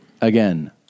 again